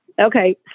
Okay